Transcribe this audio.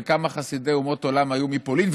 וכמה חסידי אומות עולם היו מפולין,